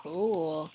Cool